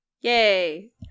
Yay